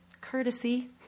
courtesy